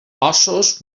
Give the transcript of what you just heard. ossos